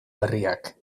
berriak